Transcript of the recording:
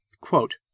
Quote